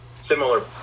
similar